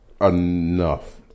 Enough